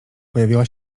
pojawiła